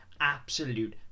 absolute